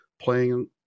playing